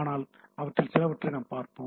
ஆனால் இவற்றில் சிலவற்றை நாங்கள் பார்ப்போம்